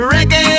Reggae